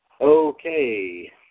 Okay